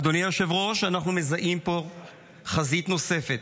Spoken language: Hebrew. אדוני היושב-ראש, אנחנו מזהים פה חזית נוספת